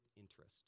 interest